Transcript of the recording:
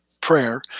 prayer